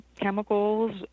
chemicals